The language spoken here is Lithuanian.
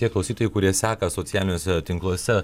tie klausytojai kurie seka socialiniuose tinkluose